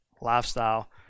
lifestyle